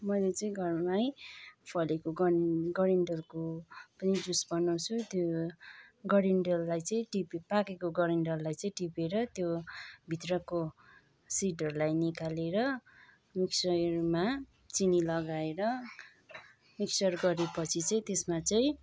मैले चाहिँ घरमै फलेको गन् गरेन्डलको पनि जुस बनाउँछु त्यो गरेन्डललाई चाहिँ टिपे पाकेको गरेन्डललाई चाहिँ टिपेर त्यो भित्रको सिडहरूलाई निकालेर मिक्सरमा चिनी लगाएर मिक्सर गरे पछि चाहिँ त्यसमा चाहिँ